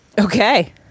Okay